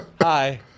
Hi